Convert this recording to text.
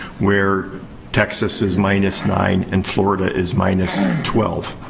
where texas is minus nine and florida is minus and twelve.